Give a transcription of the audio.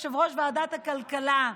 כיושב-ראש ועדת הכלכלה,